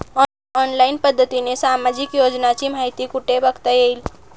Online पद्धतीने सामाजिक योजनांची माहिती कुठे बघता येईल?